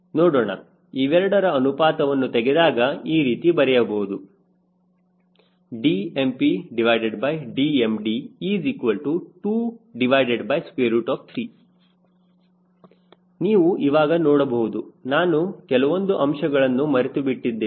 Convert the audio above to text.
ನೋಡೋಣ ಇವೆರಡರ ಅನುಪಾತವನ್ನು ತೆಗೆದಾಗ ಈ ರೀತಿ ಬರೆಯಬಹುದು DmPDmD23 ನೀವು ಇವಾಗ ನೋಡಬಹುದು ನಾನು ಕೆಲವೊಂದು ಅಂಶಗಳನ್ನು ಮರೆತುಬಿಟ್ಟಿದ್ದೇನೆ